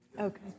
Okay